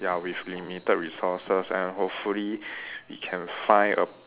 ya with limited resources and hopefully we can find a